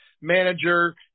manager